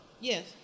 Yes